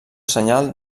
senyal